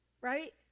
right